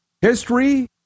History